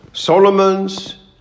Solomon's